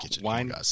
Wine